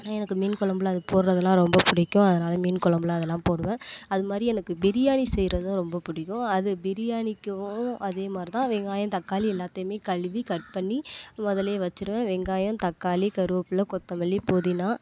ஆனால் எனக்கு மீன் குழம்புல அது போடுறதுலாம் ரொம்ப பிடிக்கும் அதனால மீன் குழம்புல அதெல்லாம் போடுவேன் அது மாதிரி எனக்கு பிரியாணி செய்கிறதும் ரொம்ப பிடிக்கும் அது பிரியாணிக்கும் அதே மாதிரி தான் வெங்காயம் தக்காளி எல்லாத்தையுமே கழுவி கட் பண்ணி முதல்லையே வச்சிருவேன் வெங்காயம் தக்காளி கருவேப்பிலை கொத்தமல்லி புதினா